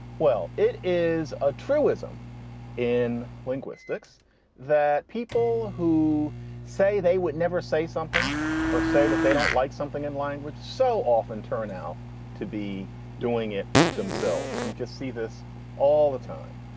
well, it is a truism in linguistics that people who say they would never say something or say that they don't like something in language so often turn out to be doing it themselves you just see this all the time.